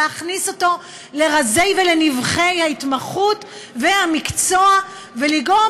להכניס אותו לרזי ולנבכי ההתמחות והמקצוע ולגרום